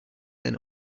than